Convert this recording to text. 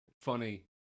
funny